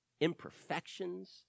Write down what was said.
imperfections